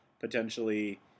potentially